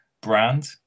brand